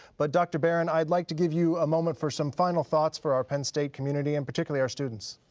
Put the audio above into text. but dr. barron, i'd like to give you a moment for some final thoughts for our penn state community and particularly our students.